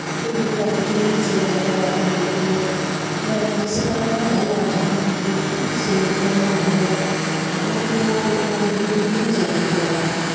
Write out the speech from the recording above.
दूर दूर आदमी दिल्ली चलि जाइ हइ दबाइ करबैके लिए लगमे जैसे करोनेके हल्ला रहै बीमारी जइसे करोना हो गेलै तनिको बिमारी तिमारी होइ तऽ दूर जाइके पड़ै हइ